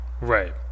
Right